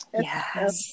Yes